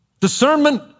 Discernment